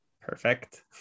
Perfect